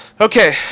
Okay